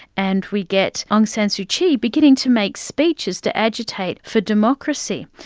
and we get aung san suu kyi beginning to make speeches to agitate for democracy,